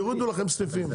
יורידו לכם סניפים,